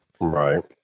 Right